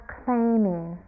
claiming